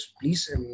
please